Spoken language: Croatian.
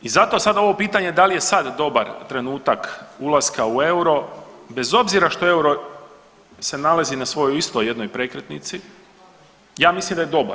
I zato sada ovo pitanje, da li je sad dobar trenutak ulaska u euro, bez obzira što euro se nalazi na svojoj isto jednoj prekretnici, ja mislim da je dobar.